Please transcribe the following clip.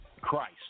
Christ